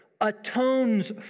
atones